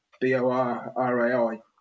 B-O-R-R-A-I